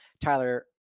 Tyler